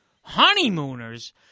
Honeymooners